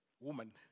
woman